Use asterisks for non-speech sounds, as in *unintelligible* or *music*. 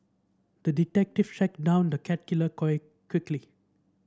the detective tracked down the cat killer *unintelligible* quickly